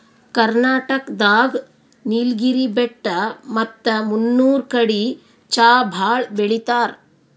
ಕರ್ನಾಟಕ್ ದಾಗ್ ನೀಲ್ಗಿರಿ ಬೆಟ್ಟ ಮತ್ತ್ ಮುನ್ನೂರ್ ಕಡಿ ಚಾ ಭಾಳ್ ಬೆಳಿತಾರ್